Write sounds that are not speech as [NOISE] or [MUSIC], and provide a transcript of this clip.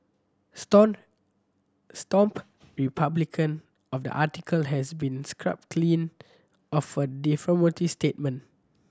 stone stomp republication of the article has been scrubbed clean of a [UNINTELLIGIBLE] statement